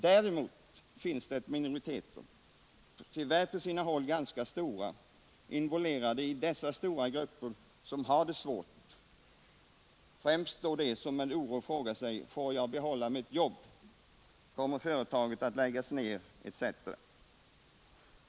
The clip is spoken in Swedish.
Däremot finns det minoriteter — tyvärr på sina håll ganska stora — involverade i dessa stora grupper som har det svårt. Det gäller främst de människor som med oro måste fråga sig om de får behålla sitt jobb, om företaget kommer att läggas ned etc.